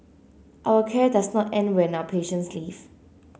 our care does not end when our patients leave